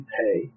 pay